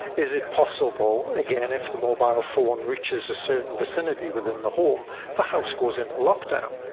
is it possible, again if the mobile phone reaches a certain vicinity within the home, the house goes into lockdown?